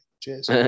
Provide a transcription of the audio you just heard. Cheers